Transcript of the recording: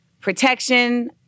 protection